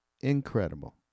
incredible